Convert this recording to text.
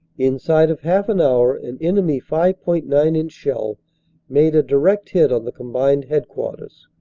in side of half an hour an enemy five point nine inch shell made a direct hit on the combined headquarters,